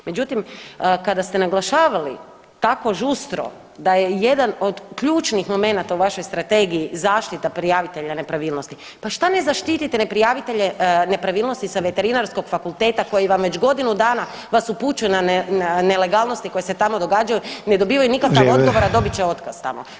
Međutim, kada ste naglašavali tako žustro da je jedan od ključnih momenata u vašoj Strategiji zaštita prijavitelja nepravilnosti, pa šta ne zaštite neprijavitelje nepravilnosti sa Veterinarskog fakulteta koji vam već godinu dana vas upućuje na nelegalnosti koje se tamo događaju, ne dobivaju nikakvog odgovora [[Upadica: Vrijeme.]] a dobit će otkaz tamo.